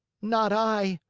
not i,